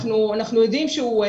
אנחנו יודעים שהוא,